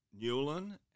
Newland